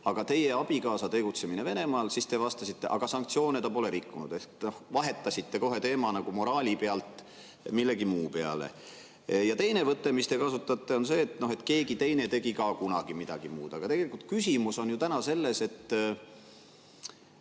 teie abikaasa tegutsemise kohta Venemaal, siis te vastasite, et aga sanktsioone ta pole rikkunud. Ehk vahetasite kohe teema moraali pealt millegi muu peale. Ja teine võte, mida te kasutate, on see, et keegi teine tegi ka kunagi midagi muud. Aga tegelikult küsimus on ju täna selles, mida